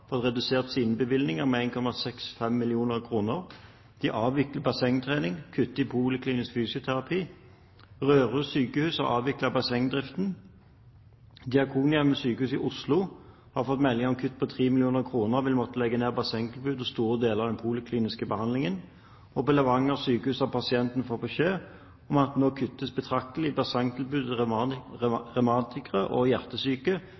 fysioterapi. Røros sykehus har avviklet bassengdriften. Diakonhjemmet sykehus i Oslo har fått melding om kutt på 3 mill. kr, og vil måtte legge ned bassengtilbudet og store deler av den polikliniske behandlingen. Og på Sykehuset Levanger har pasientene fått beskjed om at det nå kuttes betraktelig i bassengtilbudet til revmatikere og hjertesyke,